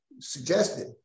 suggested